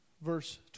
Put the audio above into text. verse